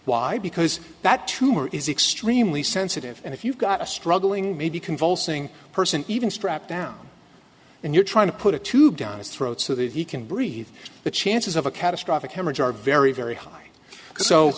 why because that tumor is extremely sensitive and if you've got a struggling maybe convulsing person even strapped down and you're trying to put a tube down his throat so that he can breathe the chances of a catastrophic hemorrhage are very very high so